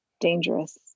dangerous